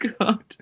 God